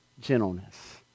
gentleness